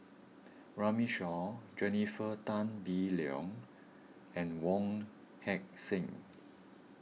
Runme Shaw Jennifer Tan Bee Leng and Wong Heck Sing